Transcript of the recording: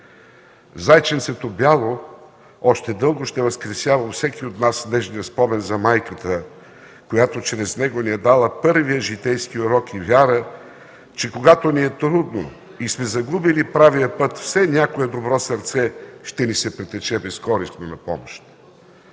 „Зайченцето бяло” още дълго ще възкресява у всеки от нас нежния спомен за майката, която чрез него ни е дала първия житейски урок и вяра, че когато ни е трудно и сме загубили правия път, все някое добро сърце ще ни се притече безкористно на помощ.